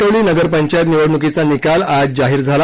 कणकवली नगरपंचायत निवडणुकीचा निकाल आज जाहीर झाला